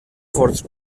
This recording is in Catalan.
forts